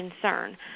concern